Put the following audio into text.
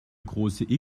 große